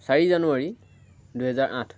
চাৰি জানুৱাৰী দুহেজাৰ আঠ